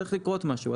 צריך לקרות משהו,